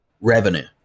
revenue